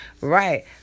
Right